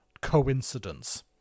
coincidence